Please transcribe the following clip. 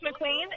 McQueen